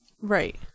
Right